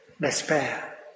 despair